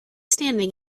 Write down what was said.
standing